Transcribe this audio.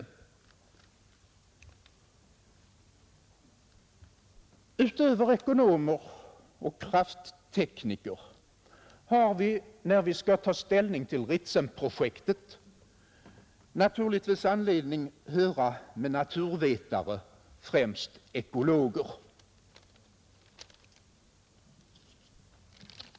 Utöver med ekonomer och krafttekniker har vi när vi skall ta ställning till Ritsemprojektet naturligtvis anledning höra med naturvetare, främst ekologer.